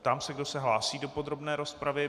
Ptám se, kdo se hlásí do podrobné rozpravy.